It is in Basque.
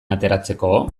ateratzeko